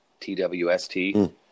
TWST